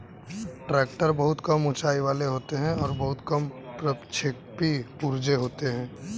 tractor बहुत कम ऊँचाई वाले होते हैं और बहुत कम प्रक्षेपी पुर्जे होते हैं